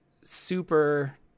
super